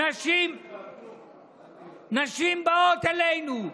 נשים באות אלינו,